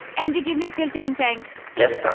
andi, give me a filter and tank yes,